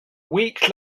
week